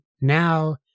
now